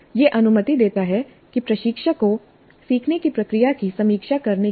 यहअनुमति देता है प्रशिक्षक को सीखने की प्रक्रिया की समीक्षा करने की